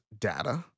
data